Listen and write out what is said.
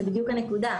זאת בדיוק הנקודה.